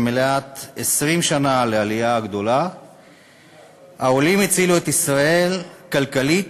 במלאות 20 שנה לעלייה הגדולה: העולים הצילו את ישראל כלכלית,